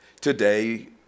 today